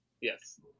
Yes